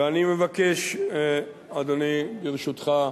ואני מבקש, אדוני, ברשותך,